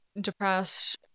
depressed